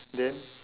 then